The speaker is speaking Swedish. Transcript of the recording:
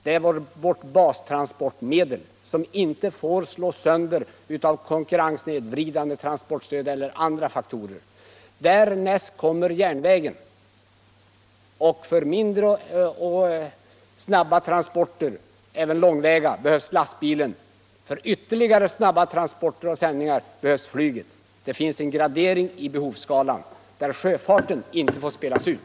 Sjöfarten är vårt bastransportmedel som inte får slås sönder av konkurrenssnedvridande transportstöd eller andra faktorer. Därnäst kommer järnvägen. För mindre och snabba transporter, även långväga, behövs lastbilen, och för ytterligare snabba transporter och sändningar behövs flyget. Det finns en gradering i behovsskalan, där sjöfarten inte får spelas ut.